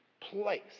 place